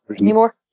anymore